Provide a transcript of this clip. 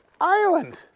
island